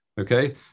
Okay